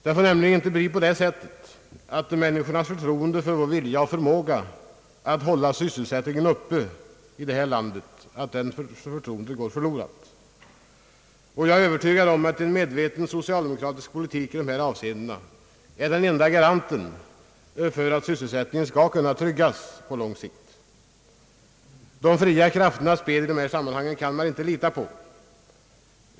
Det får nämligen inte bli på det sättet att människornas förtroende till vår vilja och förmåga att hålla sysselsättningen uppe här i landet går förlorad. En medveten socialdemokratisk politik i dessa avseenden är enda garanten för sysselsättningens upprätthållande på lång sikt. De fria krafternas spel i dessa sammanhang kan man nämligen inte lita på.